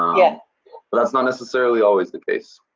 yeah. but that's not necessarily always the case.